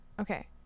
Okay